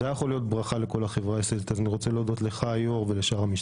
אני יכול לומר לכם שאני מאוד גאה